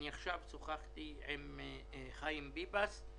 שוחחתי עכשיו עם חיים ביבס.